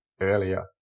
earlier